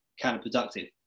counterproductive